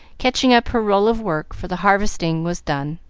catching up her roll of work, for the harvesting was done.